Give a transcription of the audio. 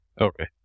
okay